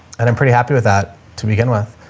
and i'm pretty happy with that to begin with.